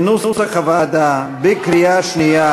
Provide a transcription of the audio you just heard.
לשנת הכספים 2016, כנוסח הוועדה, בקריאה שנייה.